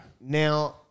Now